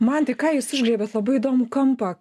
mantai ką jūs užgriebėt labai įdomų kampą